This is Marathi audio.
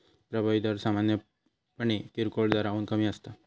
प्रभावी दर सामान्यपणे किरकोळ दराहून कमी असता